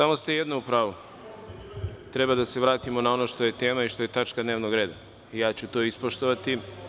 Samo ste jedno u pravu, treba da se vratimo na ono što je tema i što je tačka dnevnog reda i ja ću to ispoštovati.